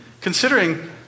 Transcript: considering